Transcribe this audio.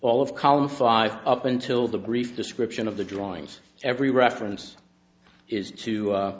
all of column five up until the brief description of the drawings every reference is to